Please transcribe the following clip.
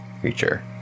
creature